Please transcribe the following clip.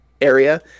area